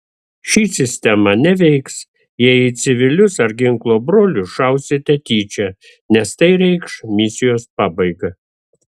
ši sistema neveiks jei į civilius ar ginklo brolius šausite tyčia nes tai reikš misijos pabaigą